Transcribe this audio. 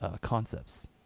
Concepts